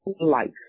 life